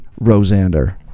rosander